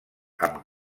amb